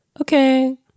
Okay